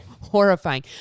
horrifying